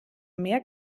mehr